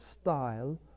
style